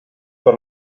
per